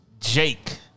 Jake